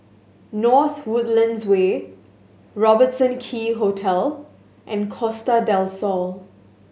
North Woodlands Way Robertson Quay Hotel and Costa Del Sol